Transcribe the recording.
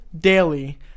daily